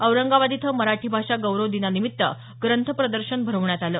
औरंगाबाद इथं मराठी भाषा गौरव दिनानिमित्त ग्रंथ प्रदर्शन भरवण्यात आलं